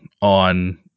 on –